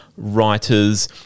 writers